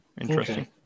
interesting